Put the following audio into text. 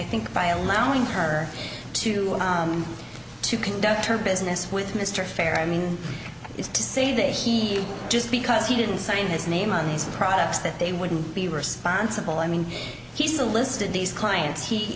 think by allowing her to to conduct her business with mr fair i mean is to say that he just because he didn't sign his name on these products that they wouldn't be responsible i mean he still listed these clients he